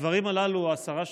הדברים הללו, השרה שקד,